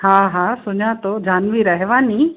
हा हा सुञातो जानवी रहवानी